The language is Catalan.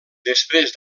després